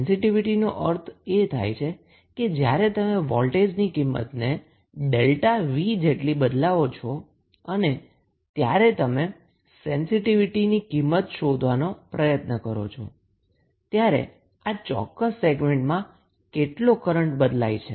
સેંસીટીવીટીનો અર્થ થાય છે જ્યારે તમે વોલ્ટેજની કિંમતને Δ𝑉 જેટલી બદલાવો છો અને જ્યારે તમે સેન્સીટીવીટીની કિંમત શોધવાનો પ્રયત્ન કરો છો ત્યારે આ ચોક્કસ સેગમેન્ટમાં કેટલો કરન્ટ બદલાય છે